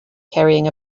carrying